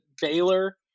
Baylor